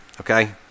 Okay